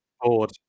bored